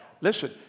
Listen